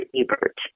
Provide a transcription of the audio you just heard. Ebert